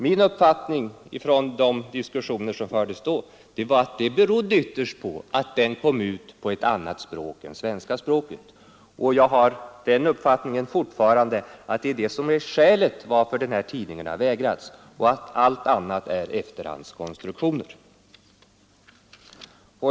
Min uppfattning från de diskussioner som fördes då var att det ytterst berodde på att denna tidning kom ut på ett annat språk än svenska språket. Jag har fortfarande den uppfattningen att det är detta som är skälet till att den här tidningen har vägrats stöd och att allt annat är efterhandskonstruktioner.